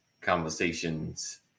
conversations